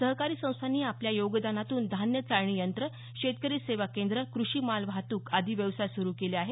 सहकारी संस्थांनी आपल्या योगदानातून धान्य चाळणी यंत्र शेतकरी सेवा केंद्र कृषी माल वाहतूक आदी व्यवसाय सुरू केले आहेत